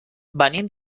venim